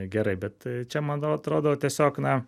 gerai bet čia manau atrodo tiesiog na